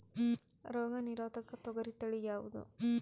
ರೋಗ ನಿರೋಧಕ ತೊಗರಿ ತಳಿ ಯಾವುದು?